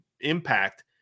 impact